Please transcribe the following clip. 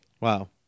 wow